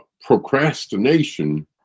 Procrastination